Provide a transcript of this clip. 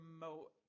remote